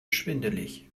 schwindelig